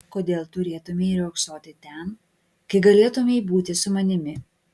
kodėl turėtumei riogsoti ten kai galėtumei būti su manimi